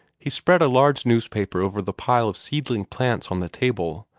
he spread a large newspaper over the pile of seedling plants on the table,